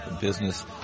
business